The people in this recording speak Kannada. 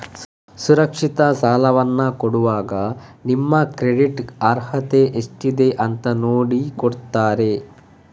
ಅಸುರಕ್ಷಿತ ಸಾಲವನ್ನ ಕೊಡುವಾಗ ನಿಮ್ಮ ಕ್ರೆಡಿಟ್ ಅರ್ಹತೆ ಎಷ್ಟಿದೆ ಅಂತ ನೋಡಿ ಕೊಡ್ತಾರೆ